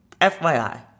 FYI